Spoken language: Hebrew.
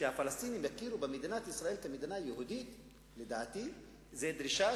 הם ידעו איך האסלאם התייחס ליהודים כאל דימים,